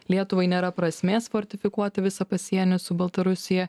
lietuvai nėra prasmės fortifikuoti visą pasienį su baltarusija